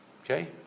Okay